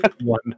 One